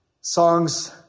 songs